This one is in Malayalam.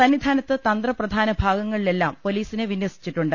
സന്നിധാനത്ത് തന്ത്ര പ്രധാന ഭാഗ്ങ്ങളിലെല്ലാം പൊലീസിനെ വിന്യസിച്ചിട്ടുണ്ട്